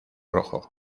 rojo